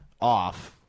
off